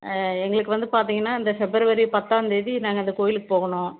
எங்களுக்கு வந்து பார்த்திங்கன்னா இந்த பிப்ரவரி பத்தாம்தேதி நாங்கள் இந்த கோயிலுக்கு போகணும்